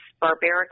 barbaric